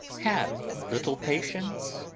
have a little patience!